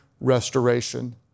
restoration